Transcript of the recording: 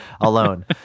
alone